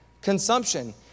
Consumption